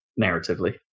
narratively